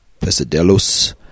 Pesadelos